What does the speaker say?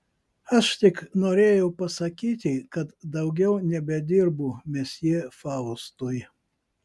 aš tik norėjau pasakyti kad daugiau nebedirbu mesjė faustui